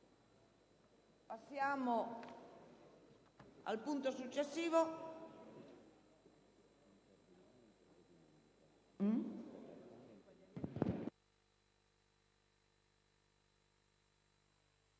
passare al punto successivo